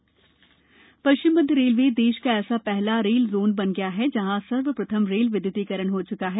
rail विदयुतीकरण पश्चिम मध्य रेलवे देश का ऐसा पहला रेल जोन बन गया हैं जहां सर्वप्रथम रेल विद्युतीकरण हो च्का है